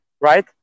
right